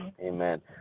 Amen